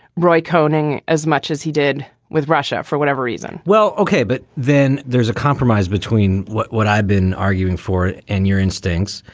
roy coning as much as he did with russia for whatever well, ok. but then there's a compromise between what what i've been arguing for and your instincts,